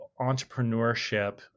entrepreneurship